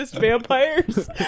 vampires